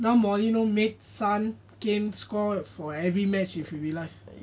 now mourinho made son kane score for every match if you realised